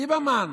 ליברמן,